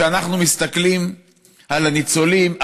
כשאנחנו מסתכלים על הניצולים,